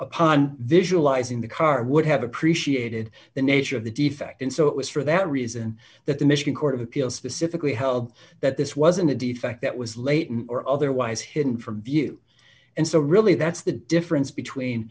upon visualizing the car would have appreciated the nature of the defect and so it was for that reason that the michigan court of appeals specifically held that this wasn't a defect that was latent or otherwise hidden from view and so really that's the difference between